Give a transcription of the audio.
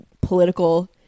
political